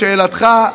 לשאלתך,